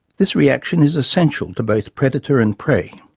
this reaction is essential to both predator and prey.